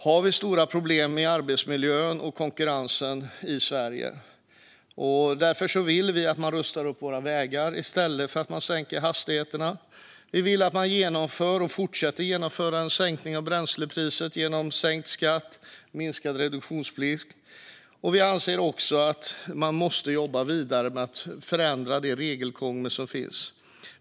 Det är stora problem med arbetsmiljön och konkurrensen i Sverige. Därför vill Kristdemokraterna att vägarna rustas upp i stället för att hastigheterna sänks. Vi vill att man genomför och fortsätter att genomföra en sänkning av bränslepriset genom sänkt skatt och minskad reduktionsplikt. Vi anser också att man måste jobba vidare med att förändra det regelkrångel som finns.